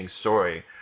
story